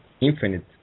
infinite